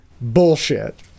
bullshit